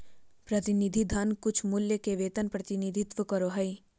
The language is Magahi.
प्रतिनिधि धन कुछमूल्य के वेतन प्रतिनिधित्व करो हइ